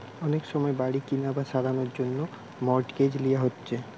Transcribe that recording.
অনেক সময় বাড়ি কিনা বা সারানার জন্যে মর্টগেজ লিয়া হচ্ছে